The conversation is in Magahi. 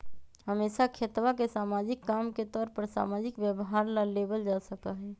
हमेशा खेतवा के सामाजिक काम के तौर पर सामाजिक व्यवहार ला लेवल जा सका हई